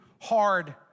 hard